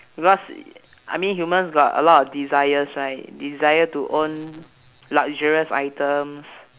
because I mean humans got a lot of desires right desire to own luxurious items